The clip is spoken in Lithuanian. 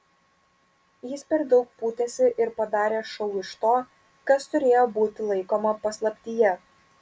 jis per daug pūtėsi ir padarė šou iš to kas turėjo būti laikoma paslaptyje